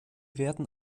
werden